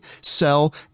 sell